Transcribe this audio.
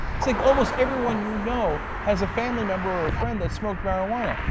like almost everyone you know has a family member or friend that smoked marijuana,